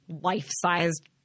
life-sized